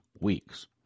weeks